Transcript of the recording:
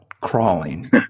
Crawling